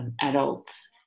adults